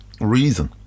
reason